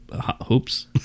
hopes